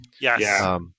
Yes